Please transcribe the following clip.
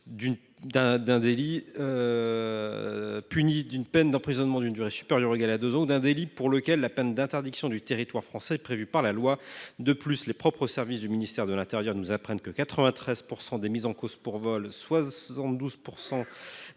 d’un délit puni d’une peine d’emprisonnement d’une durée supérieure ou égale à deux ans, ou d’un délit pour lequel la peine d’interdiction du territoire français est prévue par la loi. De plus, les propres services du ministère de l’intérieur nous apprennent que 93 % des personnes mises en cause pour vol, 72